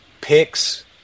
picks